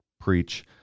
preach